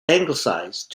anglicized